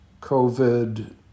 COVID